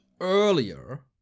earlier